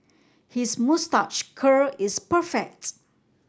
his moustache curl is perfect